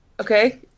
Okay